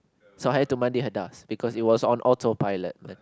so I had to mandi hadas because it was on autopilot eh